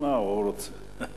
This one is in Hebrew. היכולת שלך